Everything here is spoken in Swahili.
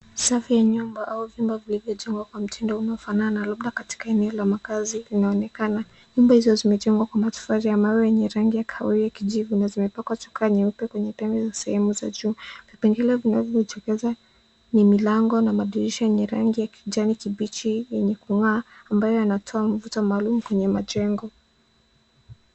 Safu ya nyumba au vyumba vilivyo jengwa kwa mtindo unaofanana liko katika eneo la makazi linaonekana. Nyumba hizo zimejengwa kwa matofali ya mawe enye rangi ya kahawia na kijivu na zimepakwa shuka nyeupe kwenye pembeni sehemu ya juu. Vipengele vinavyo tokeza ni milango na madirisha enye rangi ya kijani kibichi enye kungaa ambayo yanatoa mvuto maalum kwenye majengo.